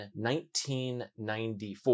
1994